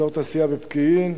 אזור התעשייה בפקיעין,